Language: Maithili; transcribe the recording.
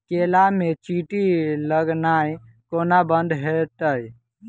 केला मे चींटी लगनाइ कोना बंद हेतइ?